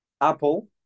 Apple